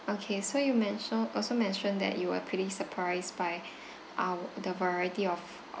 okay so you mentioned also mentioned that you were pretty surprised by our the variety of